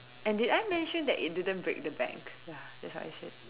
and did I mention that it didn't break the bank ya that's what I said